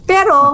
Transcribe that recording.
Pero